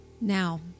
Now